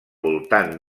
voltant